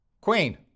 Queen